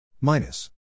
minus